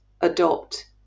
adopt